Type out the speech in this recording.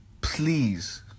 please